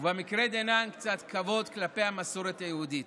ובמקרה דנן, קצת כבוד למסורת היהודית.